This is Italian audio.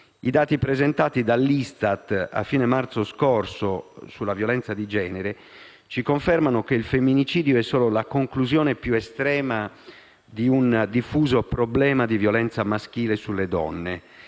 I dati presentati dall'ISTAT a fine marzo scorso sulla violenza di genere ci confermano che il femminicidio è solo la conclusione più estrema di un diffuso problema di violenza maschile sulle donne